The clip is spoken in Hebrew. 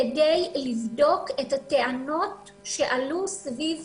כדי לבדוק את הטענות שעלו סביב